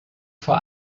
vor